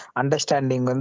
understanding